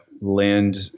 land